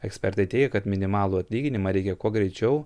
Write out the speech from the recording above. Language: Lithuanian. ekspertai teigia kad minimalų atlyginimą reikia kuo greičiau